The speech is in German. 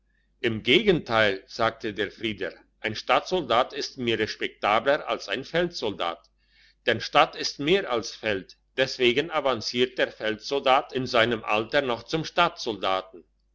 im gegenteil sagte der frieder ein stadtsoldat ist mir respektabler als ein feldsoldat denn stadt ist mehr als feld deswegen avanciert der feldsoldat in seinem alter noch zum stadtsoldaten